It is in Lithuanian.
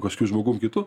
kažkokiu žmogum kitu